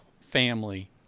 family